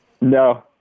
no